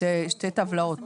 שתי טבלאות, שתי שורות.